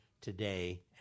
today